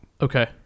Okay